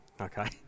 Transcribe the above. okay